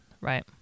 right